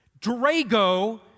Drago